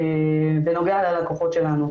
בנוגע ללקוחות שלנו.